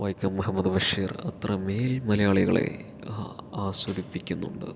വൈക്കം മുഹമ്മദ് ബഷീർ അത്രമേൽ മലയാളികളെ ആ ആസ്വദിപ്പിക്കുന്നുണ്ട്